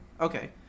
Okay